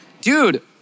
dude